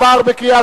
נתקבל.